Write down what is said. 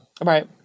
Right